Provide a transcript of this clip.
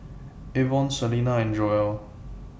Avon Celina and Joel